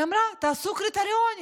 היא אמרה: תעשו קריטריונים,